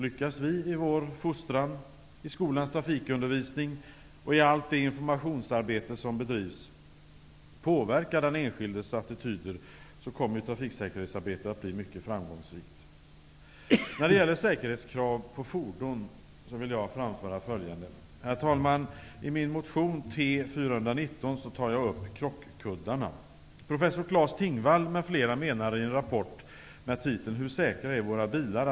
Lyckas vi i vår fostran, i skolans trafikundervisning och i allt det informationsarbete som bedrivs påverka den enskildes attityder kommer trafiksäkerhetsarbetet att bli mycket framgångsrikt. När det gäller säkerhetskraven på fordon vill jag framföra följande. I min motion T419 tar jag, herr talman, upp frågan om krockkuddar. Professor Claes Tingvall m.fl. menar i en rapport med titeln ''Hur säkra är våra bilar?''